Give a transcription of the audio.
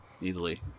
Easily